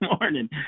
morning